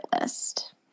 list